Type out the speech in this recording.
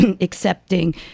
accepting